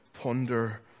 ponder